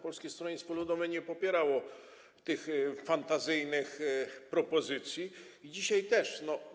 Polskie Stronnictwo Ludowe nie popierało tych fantazyjnych propozycji i dzisiaj też nie.